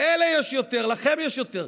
לאלה יש יותר, לכם יש יותר.